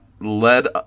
led